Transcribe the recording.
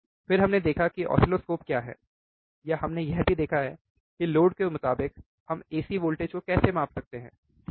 फिर हमने देखा कि ऑसीलोस्कोप क्या है या हमने यह भी देखा है कि लोड के मुताबिक हम AC वोल्टेज को कैसे माप सकते हैं ठीक है